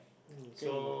mm can